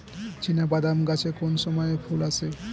চিনাবাদাম গাছে কোন সময়ে ফুল আসে?